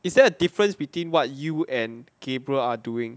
is there a difference between what you and gabriel are doing